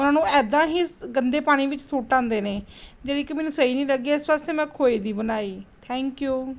ਉਹਨਾਂ ਨੂੰ ਐਦਾਂ ਹੀ ਗੰਦੇ ਪਾਣੀ ਵਿੱਚ ਸੁੱਟ ਆਉਂਦੇ ਨੇ ਜਿਹੜੀ ਕਿ ਮੈਨੂੰ ਸਹੀ ਨਹੀਂ ਲੱਗੇ ਇਸ ਵਾਸਤੇ ਮੈਂ ਖੋਏ ਦੀ ਬਣਾਈ ਥੈਂਕ ਯੂ